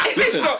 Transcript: listen